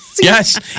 Yes